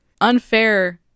unfair